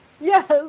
Yes